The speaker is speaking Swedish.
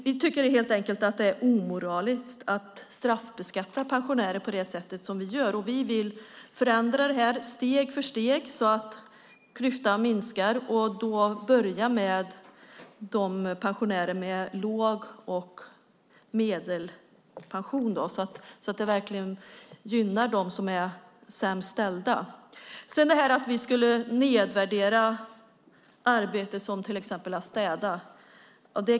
Vi tycker helt enkelt att det är omoraliskt att straffbeskatta pensionärer på det sättet som ni gör. Vi vill förändra detta steg för steg så att klyftan minskar, och vi vill börja med pensionärer med låg och medelhög pension så att de sämst ställda gynnas. Sedan sägs det att vi nedvärderar arbete, till exempel att städa.